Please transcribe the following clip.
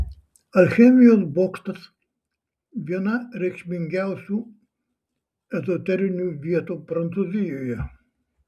alchemijos bokštas viena reikšmingiausių ezoterinių vietų prancūzijoje